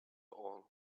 all